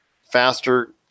faster